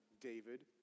David